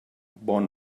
bon